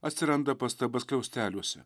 atsiranda pastaba skliausteliuose